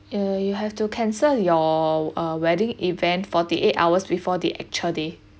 uh you you have to cancel your uh wedding event forty eight hours before the actual day